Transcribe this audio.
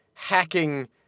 Hacking